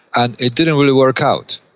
and it didn't really work out.